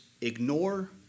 ignore